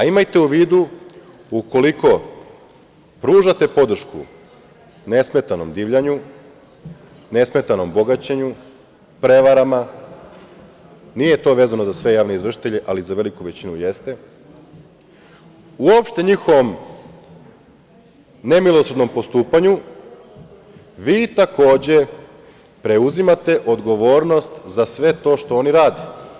Imajte u vidu, ukoliko pružate podršku nesmetanom divljanju, nesmetanom bogaćenju, prevarama, nije to vezano za sve javne izvršitelje ali za veliku većinu jeste, uopšte njihovom nemilosrdnom postupanju, vi takođe preuzimate odgovornost za sve to što oni rade.